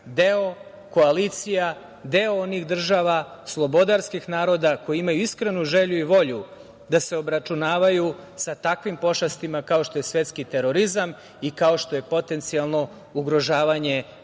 deo koalicija, deo onih država slobodarskih naroda koji imaju iskrenu želju i volju da se obračunavaju sa takvim pošastima kao što je svetski terorizam i kao što je potencijalno ugrožavanje